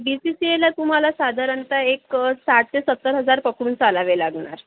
बी C C एला तुम्हाला साधारणतः एक साठ ते सत्तर हजार पकडून चालावे लागणार